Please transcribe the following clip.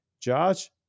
Josh